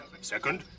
Second